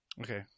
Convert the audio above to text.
Okay